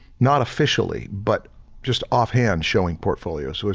not officially but just offhand showing portfolio. so,